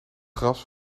gras